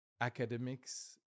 academics